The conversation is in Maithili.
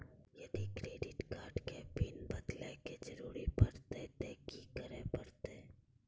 यदि क्रेडिट कार्ड के पिन बदले के जरूरी परतै ते की करे परतै?